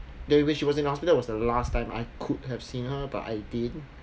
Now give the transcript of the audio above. that when she was in the hospital that was the last time I could have seen her but I didn't